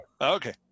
Okay